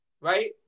right